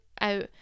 out